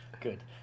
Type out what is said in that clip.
Good